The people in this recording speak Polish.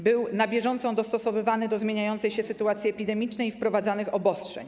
Był on na bieżąco dostosowywany do zmieniającej się sytuacji epidemicznej i wprowadzanych obostrzeń.